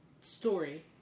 story